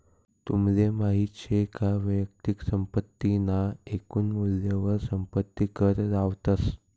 तुमले माहित शे का वैयक्तिक संपत्ती ना एकून मूल्यवर संपत्ती कर लावतस